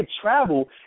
travel